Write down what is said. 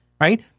right